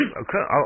okay